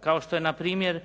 kao što je na primjer